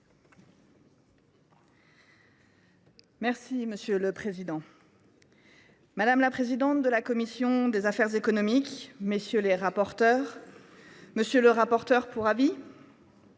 Monsieur le président, madame la présidente de la commission des affaires économiques, messieurs les rapporteurs, monsieur le rapporteur pour avis,